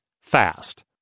fast